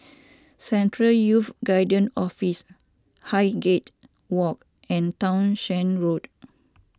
Central Youth Guidance Office Highgate Walk and Townshend Road